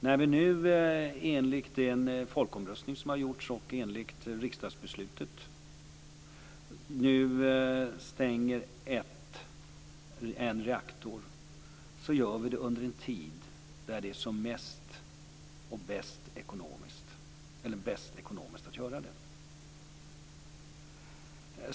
När vi nu enligt den folkomröstning som har genomförts och enligt riksdagsbeslutet stänger en reaktor så gör vi det under en tid då det är bäst ekonomiskt att göra det.